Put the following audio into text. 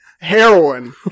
Heroin